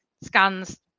scans